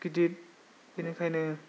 गिदिर बेनिखायनो